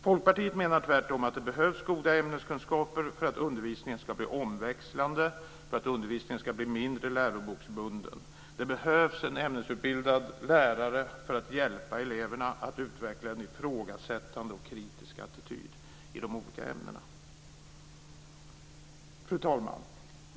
Folkpartiet menar tvärtom att det behövs goda ämneskunskaper för att undervisningen ska bli omväxlande och mindre läroboksbunden. Det behövs en ämnesutbildad lärare för att hjälpa eleverna att utveckla en ifrågasättande och kritisk attityd i de olika ämnena. Fru talman!